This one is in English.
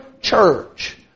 church